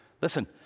Listen